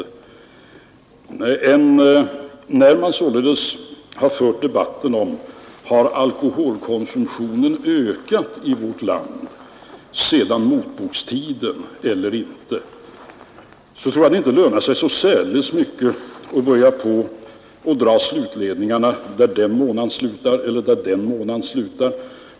Men när man debatterar om huruvida alkoholkonsumtionen har ökat i vårt land sedan motbokstiden eller inte, tror jag inte att det lönar sig särskilt mycket att dra slutledningar av utvecklingen under den ena eller andra månaden.